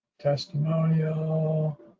Testimonial